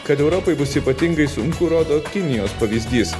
kad europai bus ypatingai sunku rodo kinijos pavyzdys